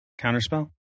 counterspell